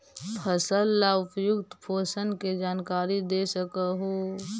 फसल ला उपयुक्त पोषण के जानकारी दे सक हु?